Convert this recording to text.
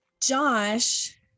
Josh